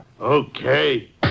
Okay